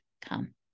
come